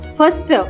first